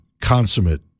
consummate